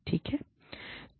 ठीक है